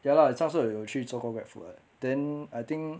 ya lah 上次我有去做过 grab food [what] then I think